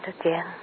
again